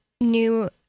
new